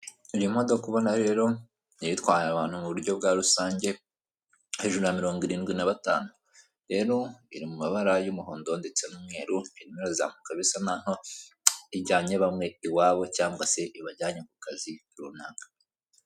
Iyi modoka ubona rero, iyi itwaye abantu mu buryo bwa rusange, hejuru ya mirongo irindwi na batanu, rero iri mu mabara y'umuhondo ndetse n'umweru irimo irazamuka bisa naho ijyanye bamwe iwabo cyangwa se ibajyanye ku kazi runaka.